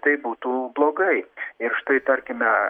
tai būtų blogai ir štai tarkime